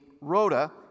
Rhoda